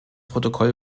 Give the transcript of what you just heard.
protokoll